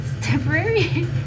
Temporary